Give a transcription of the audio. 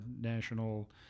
national